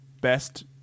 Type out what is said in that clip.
best